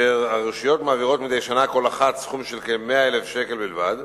כאשר הרשויות מעבירות מדי שנה כל אחת סכום של כ-100,000 שקל בלבד.